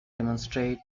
demonstrate